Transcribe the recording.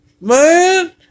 Man